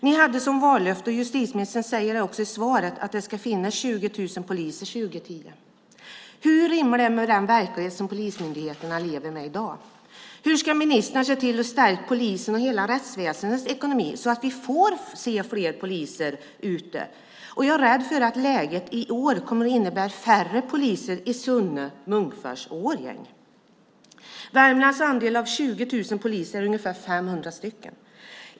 Ni hade som vallöfte, och justitieministern säger det också i sitt svar, att det ska finnas 20 000 poliser år 2010. Hur rimmar det med den verklighet som polismyndigheterna lever med i dag? Hur ska ministern se till att stärka polisens och hela rättsväsendets ekonomi så att vi får se fler poliser på gator och torg och på landsbygden? Jag är rädd att läget i år kommer att innebära ännu färre poliser i Sunne, Munkfors och Årjäng. Värmlands andel av 20 000 poliser är ca 500.